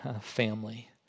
family